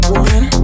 one